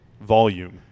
volume